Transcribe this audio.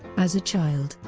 as a child,